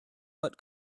what